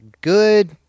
good